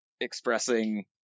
expressing